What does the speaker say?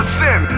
sin